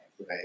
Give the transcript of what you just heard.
Right